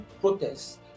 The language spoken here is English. protests